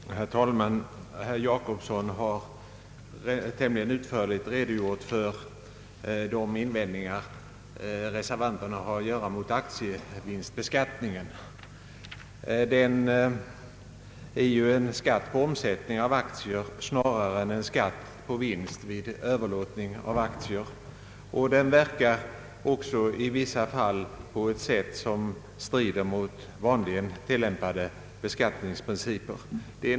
Herr talman! Herr Gösta Jacobsson har tämligen utförligt redogjort för de invändningar som reservanterna har att göra mot aktievinstbeskattningen. Denna är snarare en skatt på omsättning av aktier än en skatt på vinst vid överlåtande av aktier. Den verkar också i vissa fall på ett sätt som strider mot vanligen tillämpade beskattningsprinciper.